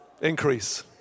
Increase